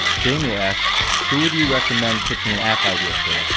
jamie asked, who would you recommend pitching an app idea to?